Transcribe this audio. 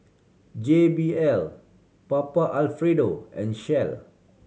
J B L Papa Alfredo and Shell